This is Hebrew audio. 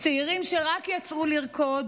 צעירים שרק יצאו לרקוד